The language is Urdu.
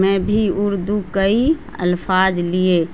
میں بھی اردو کئی الفاظ لیے